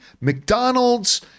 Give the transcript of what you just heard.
McDonald's